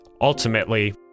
Ultimately